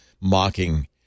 mocking